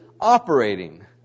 operating